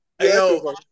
yo